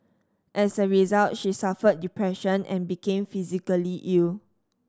as a result she suffered depression and became physically ill